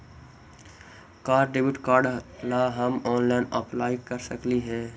का debit card ला हम ऑनलाइन अप्लाई कर सकली हे?